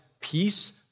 peace